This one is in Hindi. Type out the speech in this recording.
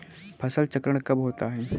फसल चक्रण कब होता है?